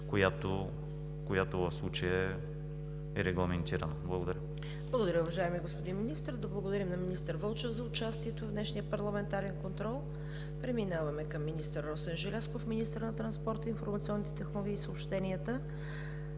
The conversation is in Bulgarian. която в случая е регламентирана. Благодаря. ПРЕДСЕДАТЕЛ ЦВЕТА КАРАЯНЧЕВА: Благодаря, уважаеми господин Министър. Да благодарим на министър Вълчев за участието в днешния парламентарен контрол. Преминаваме към министър Росен Желязков – министър на транспорта, информационните технологии и съобщенията.